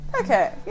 okay